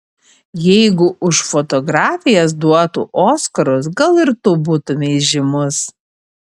jeigu už fotografijas duotų oskarus gal ir tu būtumei žymus